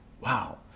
Wow